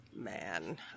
man